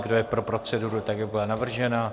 Kdo je pro proceduru, tak jak byla navržena?